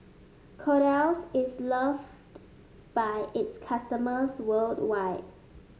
Kordel's is loved by its customers worldwide